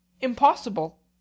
impossible